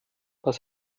was